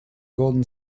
golden